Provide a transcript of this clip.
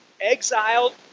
exiled